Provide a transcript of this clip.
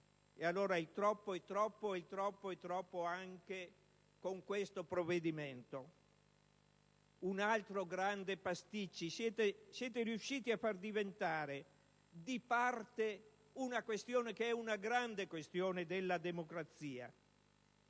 Allora il troppo è troppo e il troppo è troppo anche con questo provvedimento. Un altro grande pasticcio. Siete riusciti a far diventare di parte una questione che è una grande questione della democrazia: